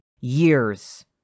years